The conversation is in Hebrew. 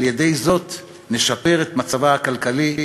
על-ידי זאת נשפר את מצבה הכלכלי,